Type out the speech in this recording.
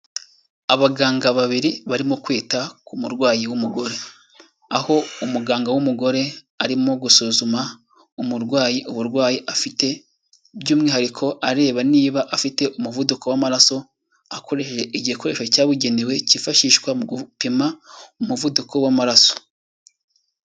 Abaganga babiri barimo kwita ku murwayi w'umugore, aho umuganga w'umugore arimo gusuzuma umurwayi uburwayi afite, by'umwihariko areba niba afite umuvuduko w'amaraso, akoreshe igikoresho cyabugenewe kifashishwa mu gupima umuvuduko w'amaraso.